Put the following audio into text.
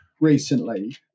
recently